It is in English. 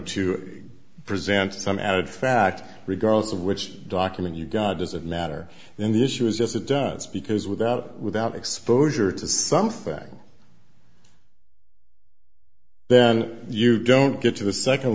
to present some added fact regardless of which document you got doesn't matter then the issue is as it does because without without exposure to something then you don't get to the second